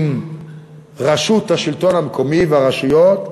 עם רשות השלטון המקומי והרשויות,